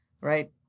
right